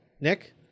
Nick